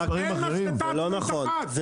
אין משחטה עצמאית אחת.